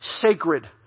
sacred